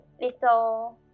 little